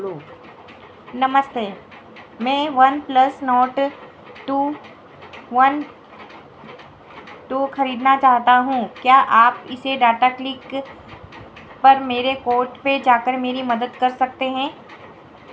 नमस्ते मैं OnePlus note two one two खरीदना चाहता हूँ क्या आप इसे डाटा क्लिक पर मेरे कोर्ट पर जाकर मेरी मदद कर सकते हैं